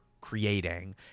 creating